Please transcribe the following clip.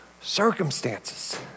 circumstances